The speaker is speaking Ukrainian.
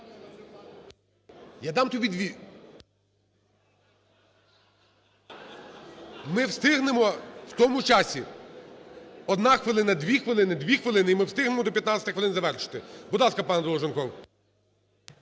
Я дам тобі дві. Ми встигнемо в тому часі: одна хвилина, дві хвилини, дві хвилини і ми встигнемо до 15 хвилин завершити. Будь ласка, пане Долженков.